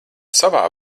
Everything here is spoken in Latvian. savā